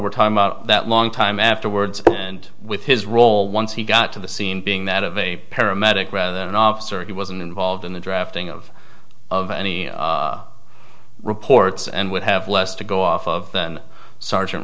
we're talking about that long time afterwards and with his role once he got to the scene being that of a paramedic rather than an officer he wasn't involved in the drafting of of any reports and would have less to go off of than sergeant